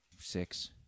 Six